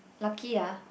lucky ah